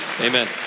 Amen